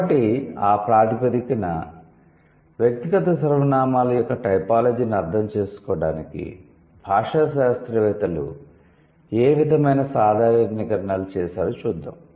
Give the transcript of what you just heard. కాబట్టి ఆ ప్రాతిపదికన వ్యక్తిగత సర్వనామాల యొక్క టైపోలాజీని అర్థం చేసుకోవడానికి భాషా శాస్త్రవేత్తలు ఏ విధమైన సాధారణీకరణలను చేసారో చూద్దాం